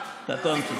קטונתי.